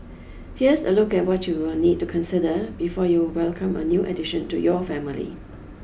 here's a look at what you will need to consider before you welcome a new addition to your family